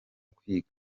kwiga